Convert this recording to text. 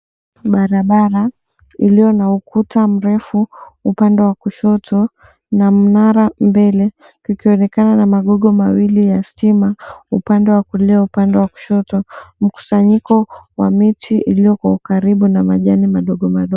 Barabara iliyo na ukuta mrefu upande wa kushoto na mnara mbele kukionekana na magogo mawili ya stima upande wa kulia, upande wa kushoto. Mkusanyiko wa miti iliyo kwa ukaribu na majani madogomadogo.